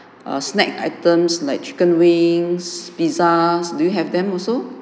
err snack items like chicken wings pizza do you have them also